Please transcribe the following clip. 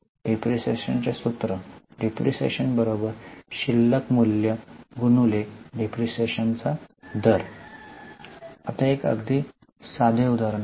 depreciation चे सूत्र आहे डिप्रीशीएशन शिल्लक मूल्य डिप्रीशीएशन दर एक अगदी साधे उदाहरण घेऊ